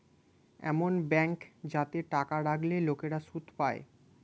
এমন ব্যাঙ্ক যাতে টাকা রাখলে লোকেরা সুদ পায়